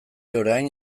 orain